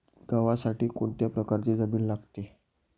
गव्हासाठी कोणत्या प्रकारची जमीन लागते?